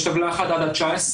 יש טבלה אחת עד ה-19,